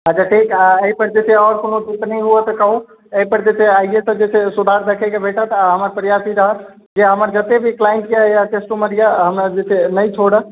अच्छा ठीक छै एहिपर जे छै से आरो कोनो त्रुटि हुए तऽ कहु एहिपर जे चाही आइए से जे छै से सुधार देखैके भेटत आ हमर प्रयास ई रहत जे हमर जते भी क्लाइन्ट कस्टमर यऽ हमरा जे छै से नहि छोड़ै